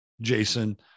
Jason